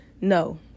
no